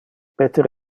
peter